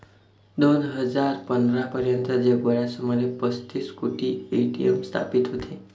दोन हजार पंधरा पर्यंत जगभरात सुमारे पस्तीस कोटी ए.टी.एम स्थापित होते